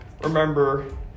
remember